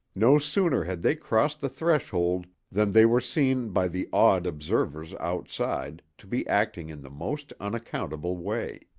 no sooner had they crossed the threshold than they were seen by the awed observers outside to be acting in the most unaccountable way.